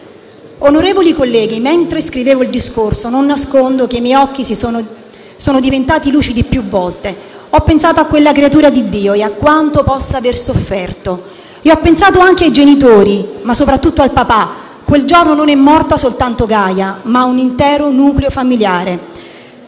Onorevoli colleghi, mentre scrivevo il discorso non nascondo che i miei occhi sono diventati lucidi più volte. Ho pensato a quella creatura di Dio, a quanto possa aver sofferto. E ho pensato anche ai genitori, ma soprattutto al papà. Quel giorno è morta non soltanto Gaia, ma un intero nucleo familiare.